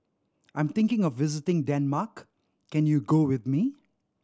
I am thinking of visiting Denmark can you go with me